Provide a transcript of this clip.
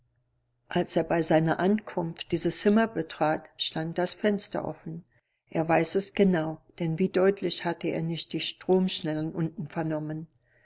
als er bei seiner ankunft dieses zimmer betrat stand das fenster offen er weiß es genau denn wie deutlich hatte er nicht die stromschnellen unten vernommen